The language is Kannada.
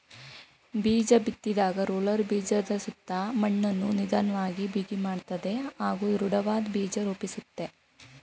ಬೀಜಬಿತ್ತಿದಾಗ ರೋಲರ್ ಬೀಜದಸುತ್ತ ಮಣ್ಣನ್ನು ನಿಧನ್ವಾಗಿ ಬಿಗಿಮಾಡ್ತದೆ ಹಾಗೂ ದೃಢವಾದ್ ಬೀಜ ರೂಪಿಸುತ್ತೆ